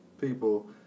people